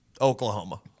Oklahoma